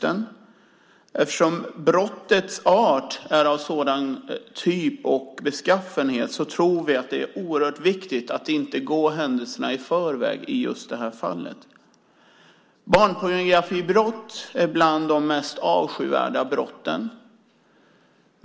Eftersom brottets art är av en sådan typ och beskaffenhet tror vi att det är oerhört viktigt att inte gå händelserna i förväg just i det här fallet. Barnpornografibrott tillhör de mest avskyvärda brotten.